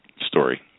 story